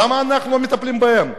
למה אנחנו לא מטפלים בהם?